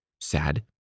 sad